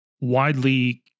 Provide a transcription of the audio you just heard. widely